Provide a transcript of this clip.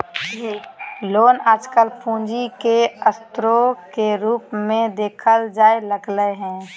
loan आजकल पूंजी के स्रोत के रूप मे देखल जाय लगलय हें